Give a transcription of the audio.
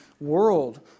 world